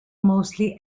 mostly